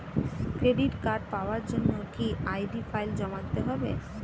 Credit card পাওয়ার জন্য কি আই.ডি ফাইল জমা দিতে হবে?